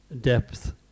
depth